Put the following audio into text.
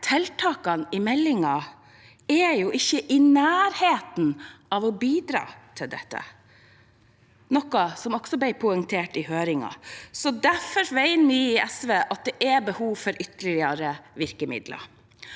tiltakene i meldingen er jo ikke i nærheten av å bidra til dette, noe som også ble poengtert i høringen. Derfor mener vi i SV at det er behov for ytterligere virkemidler.